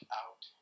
out